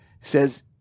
says